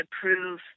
prove